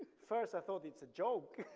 first i thought it's a joke,